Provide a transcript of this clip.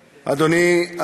אדוני.